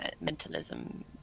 mentalism